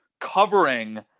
covering